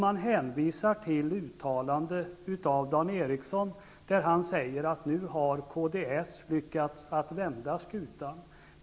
Det hänvisas också till uttalanden av Dan Ericsson i Kolmården i vilka han säger att kds nu har lyckats med att vända skutan.